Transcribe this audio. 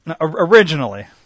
Originally